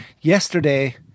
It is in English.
Yesterday